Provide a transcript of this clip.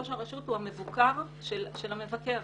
ראש הרשות הוא המבוקר של המבקר.